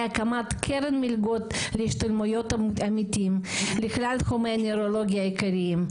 הקמת קרן מלגות להשתלמויות עמיתים לכלל תחומי הנוירולוגיה העיקריים.